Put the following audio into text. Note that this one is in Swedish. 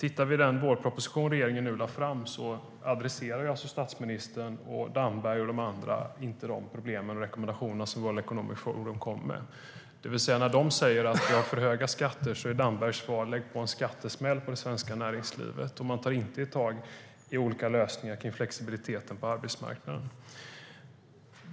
I den vårproposition som regeringen nu har lagt fram adresserar inte statsministern, Damberg och de andra de problem och rekommendationer som World Economic Forum kommer med. När de säger att vi har för höga skatter är Dambergs svar: Lägg på en skattesmäll på det svenska näringslivet. Man tar inte heller tag i olika lösningar kring flexibiliteten på arbetsmarknaden.